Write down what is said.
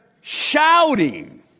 shouting